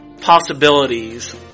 possibilities